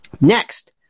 Next